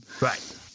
Right